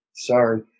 sorry